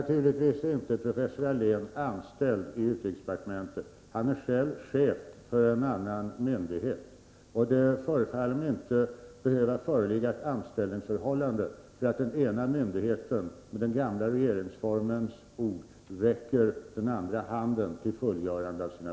Herr talman! Professor Allén är naturligtvis inte anställd i UD. Han är själv chef för en annan myndighet. Det förefaller mig inte behöva föreligga ett anställningsförhållande därför att den ena myndigheten, med den gamla regeringsformens ord, räcker den andra handen till fullgörande av sina